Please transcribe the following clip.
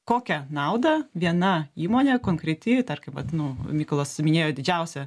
kokią naudą viena įmonė konkreti tarkim vat nu mykolas minėjo didžiausia